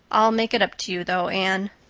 i'll make it up to you though, anne.